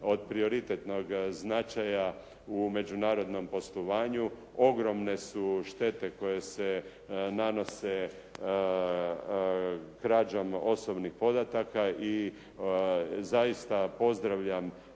prioritetnog značaja u međunarodnom poslovanju. Ogromne su štete koje se nanose krađom osobnih podataka i zaista pozdravljam